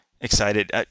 excited